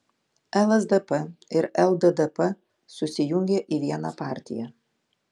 lsdp ir lddp susijungė į vieną partiją